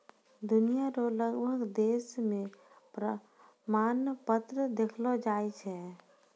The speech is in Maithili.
दुनिया रो लगभग देश मे प्रमाण पत्र देलो जाय छै